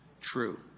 True